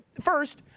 First